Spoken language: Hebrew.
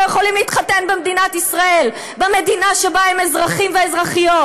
יכולים להתחתן במדינת ישראל במדינה שבה הם אזרחים ואזרחיות,